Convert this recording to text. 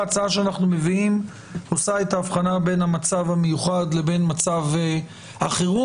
ההצעה שאנחנו מביאים עושה את ההבחנה בין המצב המיוחד לבין מצב החירום